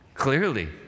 Clearly